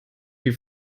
wie